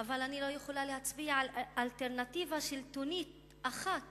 אבל אני לא יכולה להצביע על אלטרנטיבה שלטונית אחת